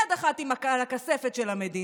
יד אחת על הכספת של המדינה,